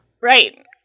right